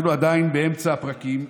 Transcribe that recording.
אנחנו עדיין באמצע הפרקים,